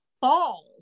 falls